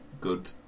good